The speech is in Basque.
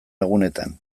egunetan